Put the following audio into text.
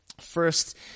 First